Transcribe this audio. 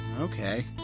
Okay